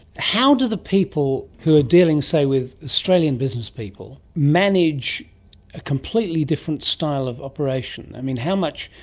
how do the people who are dealing, say, with australian businesspeople manage a completely different style of operation? i mean, how much,